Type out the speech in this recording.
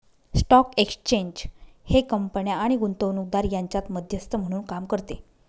stock exchange हे कंपन्या आणि गुंतवणूकदार यांच्यात मध्यस्थ म्हणून काम करते